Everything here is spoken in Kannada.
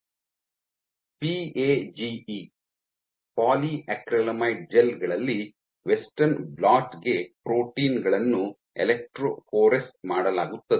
ಪಿಎಜಿಇ ಪಾಲಿಯಾಕ್ರಿಲಾಮೈಡ್ ಜೆಲ್ ಗಳಲ್ಲಿ ವೆಸ್ಟರ್ನ್ ಬ್ಲಾಟ್ ಗೆ ಪ್ರೋಟೀನ್ ಗಳನ್ನು ಎಲೆಕ್ಟ್ರೋಫೊರೆಸ್ಡ್ ಮಾಡಲಾಗುತ್ತದೆ